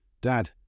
Dad